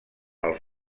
els